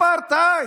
אפרטהייד.